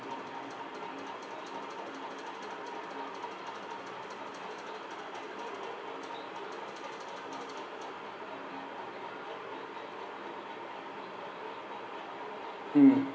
mm